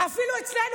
אצלנו,